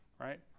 right